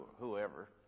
whoever